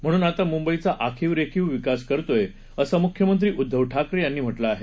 म्हणून आता मुंबईचा आखीव रेखीव विकास करतोय असं मुख्यमंत्री उद्धव ठाकरे यांनी म्हटलं आहे